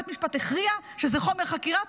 בית המשפט הכריע שזה חומר חקירה,